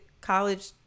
college